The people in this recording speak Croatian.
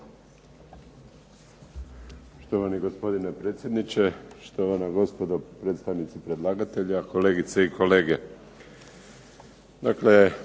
Štovani gospodine predsjedniče, štovana gospodo predstavnici predlagatelja, kolegice i kolege.